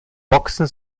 boxen